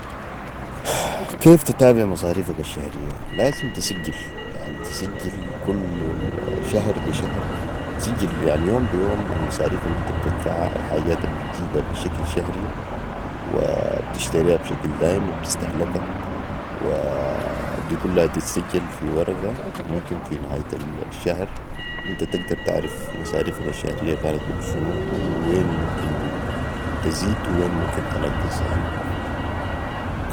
كيف تتابع مصاريفك الشهريه لازم تسجل يعني تسجل كل شهر بي شهر تسجل يعني يوم بي يوم المصاريف الانت بتدفعا الحجات البتجيبا بي شكل شهري وبتشتريها بشكل دايم وبتستهلكا دي كلها تتسجل في ورقة ممكن في نهاية الشهر أنت تقدر تعرف مصاريفك الشهريه كانت قدر شنو ووين ممكن تزيد وين ممكن تنقص يعني